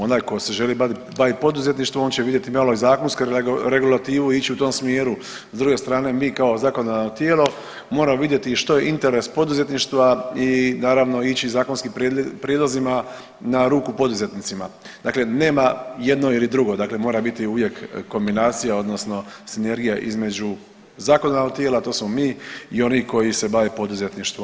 Onaj ko se želi bavit, bavit poduzetništvom on će vidjeti malo i zakonsku regulativu i ić u tom smjeru, s druge strane mi kao zakonodavno tijelo moramo vidjeti što je interes poduzetništva i naravno ići zakonskim prijedlozima na ruku poduzetnicima, dakle nema jedno ili drugo, dakle mora biti uvijek kombinacija odnosno sinergija između zakonodavnog tijela, to smo mi i onih koji se bave poduzetništvom.